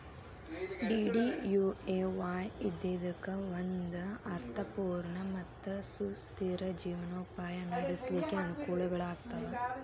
DDUAY ಇದ್ದಿದ್ದಕ್ಕ ಒಂದ ಅರ್ಥ ಪೂರ್ಣ ಮತ್ತ ಸುಸ್ಥಿರ ಜೇವನೊಪಾಯ ನಡ್ಸ್ಲಿಕ್ಕೆ ಅನಕೂಲಗಳಾಗ್ತಾವ